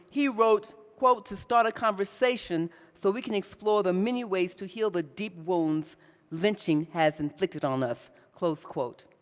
he wrote, quote, to start a conversation so we can explore the many ways to heal the deep wounds lynching has inflicted on us, close quote.